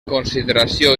consideració